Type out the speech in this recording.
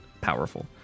powerful